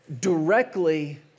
directly